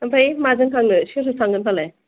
ओमफ्राय माजों थांनो सोरजों थांगोन फालाय